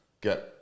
get